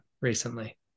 recently